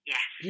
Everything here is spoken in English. Yes